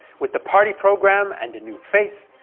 with the party program and a new face,